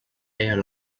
air